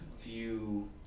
view